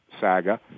saga